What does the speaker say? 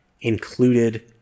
included